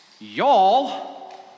y'all